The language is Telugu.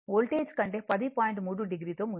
3 o తో ముందుంది